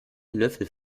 löffel